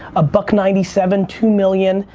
a buck ninety seven, two million,